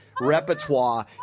repertoire